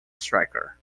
striker